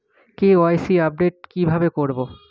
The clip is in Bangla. কে.ওয়াই.সি আপডেট কি ভাবে করবো?